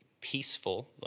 peaceful